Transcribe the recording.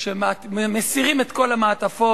כשמסירים את כל המעטפות,